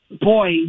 boy